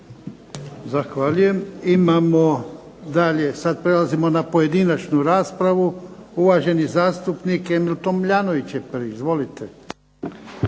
Zahvaljujem. Sada prelazimo na pojedinačnu raspravu. Uvaženi zastupnik Emil Tomljanović je prvi. Izvolite.